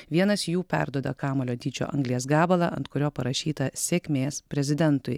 vienas jų perduoda kamuolio dydžio anglies gabalą ant kurio parašyta sėkmės prezidentui